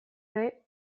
ere